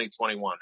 2021